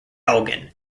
elgin